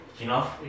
enough